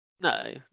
No